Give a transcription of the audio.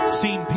seen